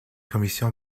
commission